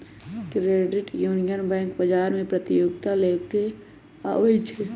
credit union bank बजार में प्रतिजोगिता लेके आबै छइ